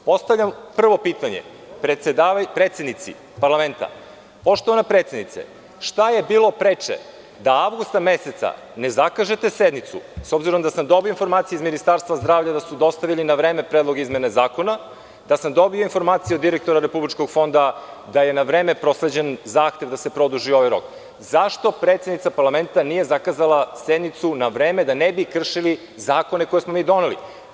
Postavljam prvo pitanje predsednici parlamenta, poštovana predsednice, šta je bilo preče, da avgusta meseca ne zakažete sednicu, s obzirom da sam dobio informacije iz Ministarstva zdravlja da su dostavili na vreme predloge izmene zakona, da sam dobio informaciju od direktora Republičkog fonda da je na vreme prosleđen zahtev da se produži ovaj rok, zašto predsednica parlamenta nije zakazala sednicu na vreme, da ne bi kršili zakone koje smo mi doneli?